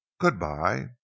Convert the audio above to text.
Goodbye